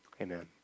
Amen